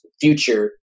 future